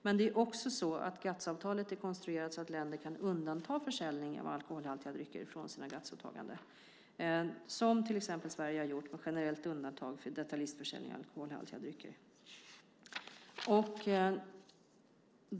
Men det är också så att GATS-avtalet är konstruerat så att länder kan undanta försäljning av alkoholhaltiga drycker från sina GATS-åtaganden som till exempel Sverige har gjort med generellt undantag för detaljistförsäljning av alkoholhaltiga drycker.